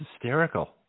hysterical